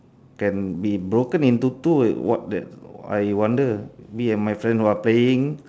can be broken into two what the I wonder me and my friend who are playing